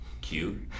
Cute